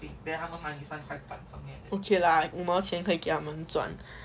okay lah 五毛钱可以给他们赚